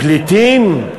פליטים?